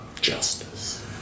Justice